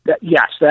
Yes